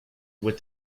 with